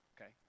okay